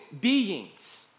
beings